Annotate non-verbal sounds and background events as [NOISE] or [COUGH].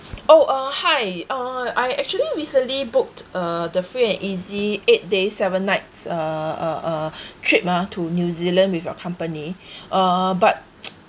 oh uh hi uh I actually recently booked uh the free and easy eight days seven nights err uh uh [BREATH] trip ah to new zealand with your company [BREATH] uh but [NOISE]